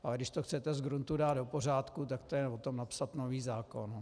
Ale když to chcete zgruntu dát do pořádku, tak to je o tom napsat nový zákon.